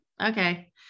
okay